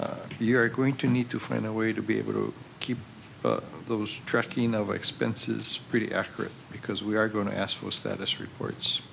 you're going to need to find a way to be able to keep those tracking of expenses pretty accurate because we are going to ask for status reports